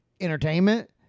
entertainment